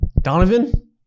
Donovan